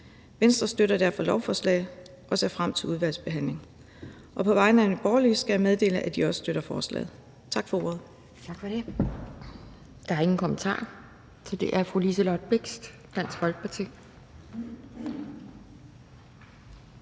Venstre støtter derfor lovforslaget og ser frem til udvalgsbehandlingen. På vegne af Nye Borgerlige skal jeg meddele, at de også støtter forslaget. Tak for ordet. Kl. 12:17 Anden næstformand (Pia Kjærsgaard): Tak for det. Der er ingen kommentarer. Så er det fru Liselott Blixt, Dansk Folkeparti.